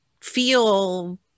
feel